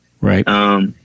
right